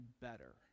better